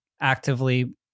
actively